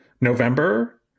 November